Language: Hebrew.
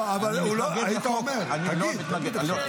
אבל היית אומר, תגיד, תגיד עכשיו.